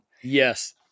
Yes